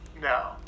No